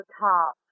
top